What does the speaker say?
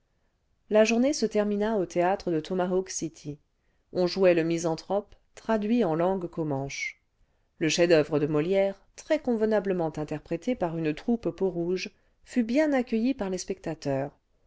la journée se termina au théâtre de tomahawk city on jouait le misanthrope traduit en langue comanche le chef-d'oeuvre de molière très convenablement interprété par une troupe peau-rouge fut bien accueilli par les spectateurs